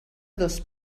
dos